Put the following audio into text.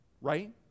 right